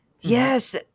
yes